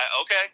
okay